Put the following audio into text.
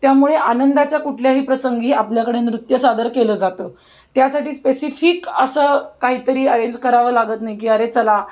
त्यामुळे आनंदाच्या कुठल्याही प्रसंगी आपल्याकडे नृत्य सादर केलं जातं त्यासाठी स्पेसिफिक असं काहीतरी अरेंज करावं लागत नाही की अरे चला